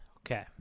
Okay